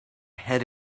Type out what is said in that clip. head